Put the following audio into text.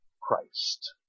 Christ